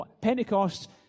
Pentecost